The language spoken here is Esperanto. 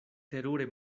terure